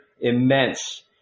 immense